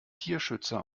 tierschützer